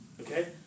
okay